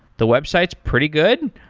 the website is pretty good.